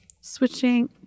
Switching